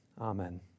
Amen